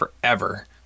forever